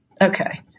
Okay